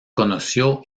conoció